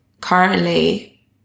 currently